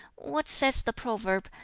what says the proverb,